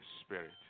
spirit